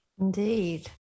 Indeed